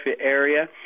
area